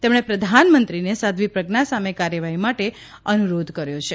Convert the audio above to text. તેમણે પ્રધાનમંત્રીને સાધ્વી પ્રજ્ઞા સામે કાર્યવાહી માટે અનુરોધ કર્યો છે